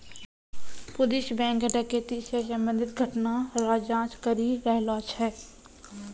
police bank डकैती से संबंधित घटना रो जांच करी रहलो छै